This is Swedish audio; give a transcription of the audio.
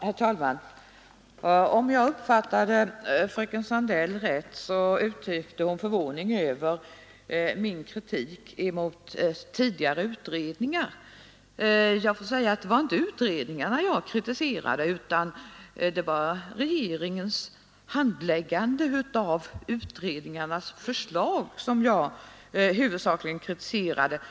Herr talman! Om jag uppfattade fröken Sandell rätt så uttryckte hon förvåning över min kritik mot tidigare utredningar. Det var inte utredningarna jag kritiserade, utan det var regeringens handläggning av utredningarnas förslag som jag huvudsakligen kritiserade.